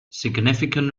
significant